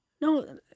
No